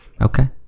Okay